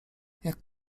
jak